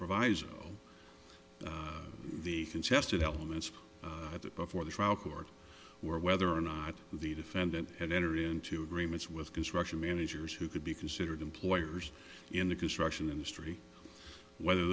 proviso the contested elements of that before the trial court or whether or not the defendant had enter into agreements with construction managers who could be considered employers in the construction industry whether